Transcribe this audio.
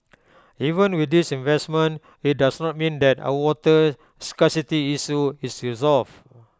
even with these investments IT does not mean that our water scarcity issue is resolved